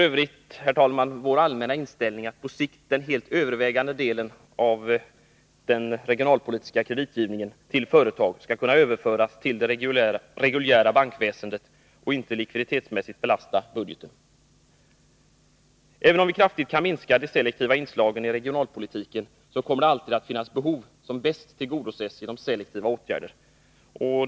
ö., herr talman, vår allmänna inställning att den helt övervägande delen av den regionalpolitiska kreditgivningen till företag på sikt skall kunna överföras till det reguljära bankväsendet och inte likviditetsmässigt belasta budgeten. Även om vi kraftigt kan minska de selektiva inslagen i regionalpolitiken, kommer det alltid att finnas behov som bäst tillgodoses genom selektiva åtgärder.